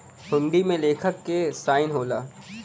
हुंडी में लेखक क साइन होला